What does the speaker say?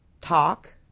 Talk